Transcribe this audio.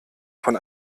von